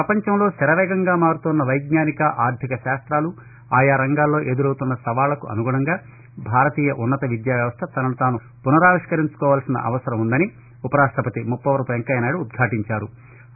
ప్రపంచంలో శర వేగంగా మారుతోన్న వైజ్ఞానిక ఆర్దిక శాస్తాలు ఆయా రంగాల్లో ఎదురవుతున్న సవాళ్ళకు అనుగుణంగా భారతీయ ఉన్నత విద్యా వ్యవస్ద తనను తాను పునరావిష్కరించుకోవలసిన అవసరం వుందని ఉపరాష్టపతి ముప్పవరపు వెంకయ్యనాయుడు ఉద్భాటించారు